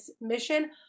mission